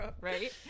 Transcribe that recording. right